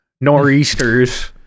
nor'easters